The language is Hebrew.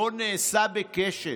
לא נעשה בקשב.